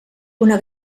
una